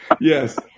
Yes